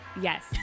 Yes